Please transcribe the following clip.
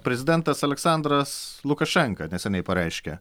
prezidentas aleksandras lukašenka neseniai pareiškė